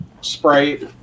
Sprite